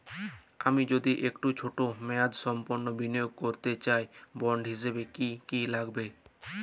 আমি যদি একটু ছোট মেয়াদসম্পন্ন বিনিয়োগ করতে চাই বন্ড হিসেবে কী কী লাগবে?